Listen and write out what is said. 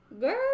girl